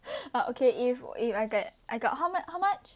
but okay if if I get I got how much how much